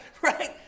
right